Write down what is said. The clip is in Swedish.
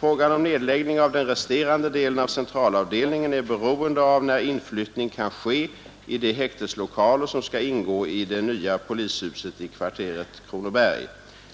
Frågan om nedläggning av den resterande delen av centralavdelningen är beroende av när inflyttning kan ske i de häkteslokaler som skall ingå i det nya polishuset i kvarteret Kronoberg.